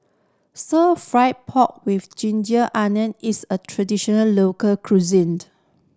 fried pork with ginger onion is a traditional local cuisined